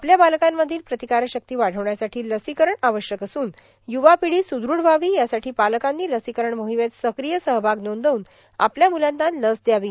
आपल्या बालकांमधील प्रतिकार शक्ती वाढविण्यासाठी लसीकरण आवश्यक असून य्वा पिढी सुदृढ व्हावी यासाठी पालकांनी लसीकरण मोहिमेत सक्रिय सहभाग नोंदवून आपल्या म्लांना लस द्यावी